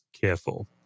careful